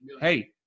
Hey